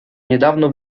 niedawno